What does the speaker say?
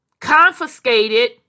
confiscated